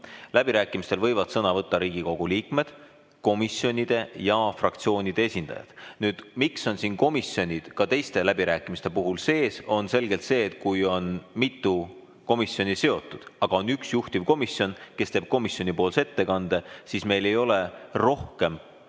Läbirääkimistel võivad sõna võtta Riigikogu liikmed, komisjonide ja fraktsioonide esindajad. Nüüd, miks on siin komisjonid ka teiste läbirääkimiste puhul sees, on selgelt see, et kui on mitu komisjoni seotud, aga on üks juhtivkomisjon, kes teeb komisjoni nimel ettekande, siis meil ei ole rohkem muud